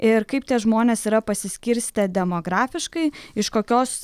ir kaip tie žmonės yra pasiskirstę demografiškai iš kokios